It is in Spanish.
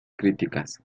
críticas